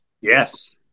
Yes